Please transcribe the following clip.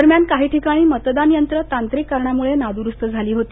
दरम्यान काही ठिकाणी मतदान यंत्र तांत्रिक कारणामुळे नाद्रूस्त झाली होती